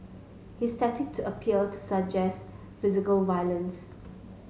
his tactic to appear to suggest physical violence